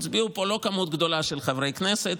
הצביעה פה כמות לא גדולה של חברי כנסת.